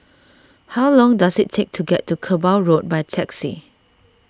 how long does it take to get to Kerbau Road by taxi